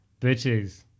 Bitches